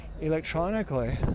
electronically